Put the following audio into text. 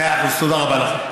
מאה אחוז, תודה רבה לכם.